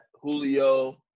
Julio